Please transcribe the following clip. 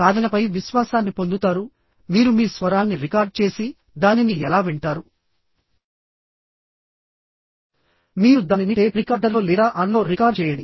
సాధనపై విశ్వాసాన్ని పొందుతారు మీరు మీ స్వరాన్ని రికార్డ్ చేసి దానిని ఎలా వింటారు మీరు దానిని టేప్ రికార్డర్లో లేదా ఆన్లో రికార్డ్ చేయండి